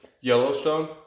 Yellowstone